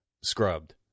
scrubbed